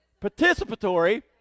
Participatory